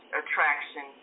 attraction